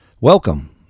Welcome